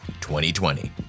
2020